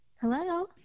hello